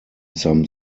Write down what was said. some